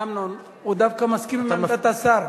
אמנון, הוא דווקא מסכים עם עמדת השר.